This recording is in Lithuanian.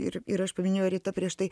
ir ir aš paminėjau ir rita prieš tai